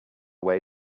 way